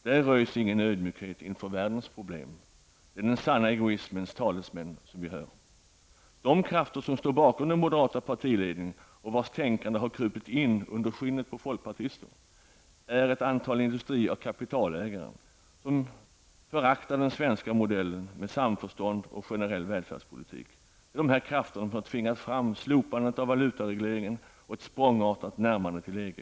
Där röjs ingen ödmjukhet inför världens problem. Det är den sanna egoismens talesmän som vi hör. De krafter, som står bakom den moderata partiledningen och vars tänkande har krypit in under skinnet på folkpartister, är ett antal industrioch kapitalägare, som föraktar den svenska modellen med samförstånd och generell välfärdspolitik. Dessa krafter har tvingat fram slopande av valutaregleringen och ett språngartat närmande till EG.